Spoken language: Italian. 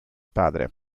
padre